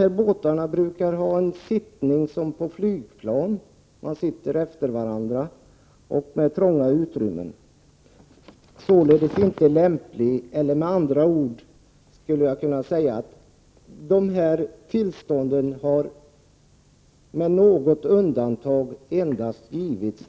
På en sådan här båt brukar man sitta som man gör i flygplan. Man sitter alltså på rad efter varandra. Utrymmena är, som sagt, trånga. Tillstånd till tax free-försäljning har, med något undantag, endast beviljats